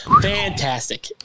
fantastic